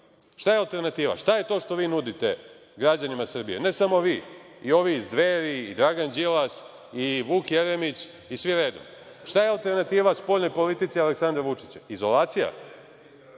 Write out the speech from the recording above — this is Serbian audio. Šta je alternativa? Šta je to što vi nudite građanima Srbije, ne samo vi, i ovi iz Dveri i Dragan Đilas i Vuk Jeremić i svi redom? Šta je alternativa spoljnoj politici Aleksandra Vučića? Izolacija?